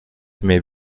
may